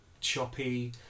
choppy